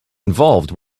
involved